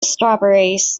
strawberries